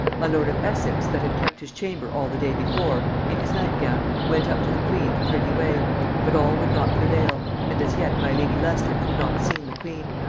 my lord of essex that had kept his chamber all the day before, in his nightgown went up to the queen the privy way but all would not prevail, and as yet my lady leicester hath not seen the queen.